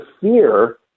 fear